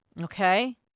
Okay